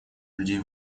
людей